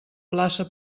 plaça